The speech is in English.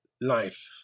life